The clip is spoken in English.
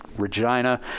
regina